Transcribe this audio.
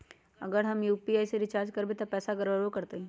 अगर हम यू.पी.आई से रिचार्ज करबै त पैसा गड़बड़ाई वो करतई?